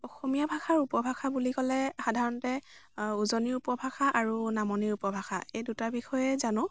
অসমীয়া ভাষাৰ উপভাষা বুলি ক'লে সাধাৰণতে উজনিৰ উপভাষা আৰু নামনিৰ উপভাষা এই দুটা বিষয়ে জানো